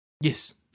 Yes